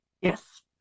Yes